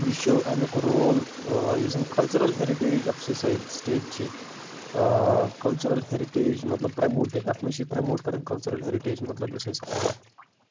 یہِ چھُ اَمیُک رول یُس زَن cultural heritage of society state چھِ آ کَلچُرَل ہیٚرِٹیج مطلب پرٛموٹِنٛگ اَتھ منٛز چھِ یہِ پرٛموٹ کَران کَلچرَل ہیٚرِٹیج مطلب یُس أسۍ